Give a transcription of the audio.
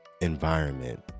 environment